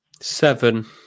seven